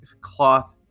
cloth